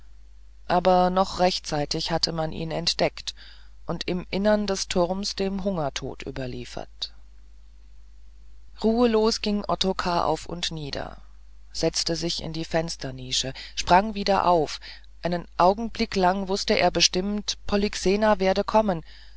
aber noch rechtzeitig hatte man ihn entdeckt und im innern des turmes dem hungertod überliefert ruhelos ging ottokar auf und nieder setzte sich in die fensternische sprang wieder auf einen augenblick lang wußte er bestimmt polyxena werde kommen